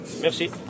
Merci